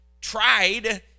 tried